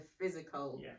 physical